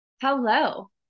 Hello